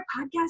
podcast